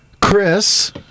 Chris